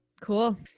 Cool